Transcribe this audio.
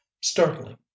startling